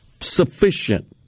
sufficient